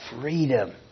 freedom